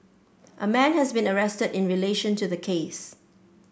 a man has been arrested in relation to the case